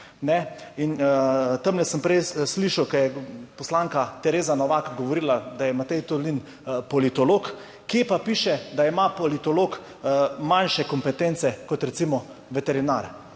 In tam sem prej slišal, ko je poslanka Tereza Novak govorila, da je Matej Tonin politolog. Kje pa piše, da ima politolog manjše kompetence, kot recimo veterinar.